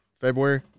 February